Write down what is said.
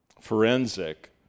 forensic